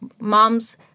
moms